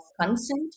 consent